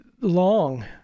long